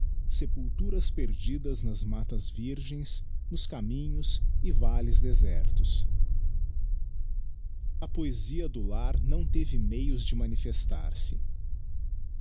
sepulturas perdidas nas mattas virgens nos ca minhos e valles desertos a poesia do lar não teve meios de manifestar-se